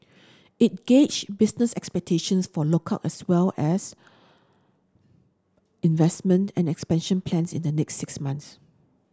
it gauge business expectations for lookout as well as investment and expansion plans in the next six months